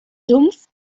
sumpf